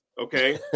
okay